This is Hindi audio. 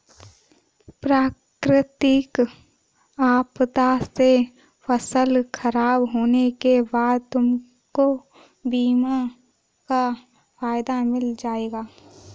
प्राकृतिक आपदा से फसल खराब होने के बाद तुमको बीमा का फायदा मिल जाएगा